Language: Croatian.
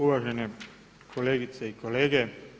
Uvažene kolegice i kolege.